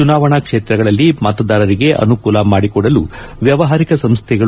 ಚುನಾವಣಾ ಕ್ಷೇತ್ರಗಳಲ್ಲಿ ಮತದಾರರಿಗೆ ಅನುಕೂಲ ಮಾದಿಕೊಡಲು ವ್ಯವಹಾರಿಕ ಸಂಸ್ಥೆಗಳು